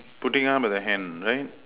putting up the hand right